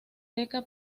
seca